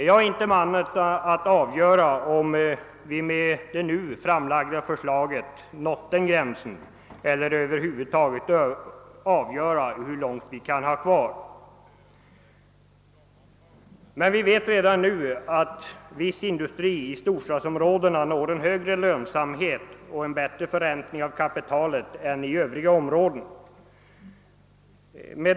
Jag är inte rätt man att avgöra, om vi med det nu framlagda förslaget når den gränsen eller hur långt vi kan ha kvar dit, men vi vet redan nu att viss industri i storstadsområdena når högre lönsamhet och bättre förräntning av kapitalet än företagen i övriga områden.